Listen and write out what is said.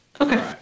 Okay